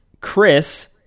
Chris